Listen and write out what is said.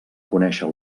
conèixer